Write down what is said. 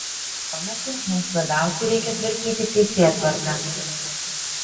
šiuo metu mums labiausiai reikia tvarkyti teisėtvarką